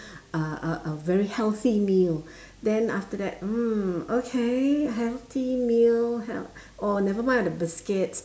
a a a very healthy meal then after that mm okay healthy meal health~ or nevermind all the biscuits